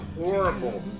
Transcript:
horrible